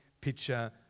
picture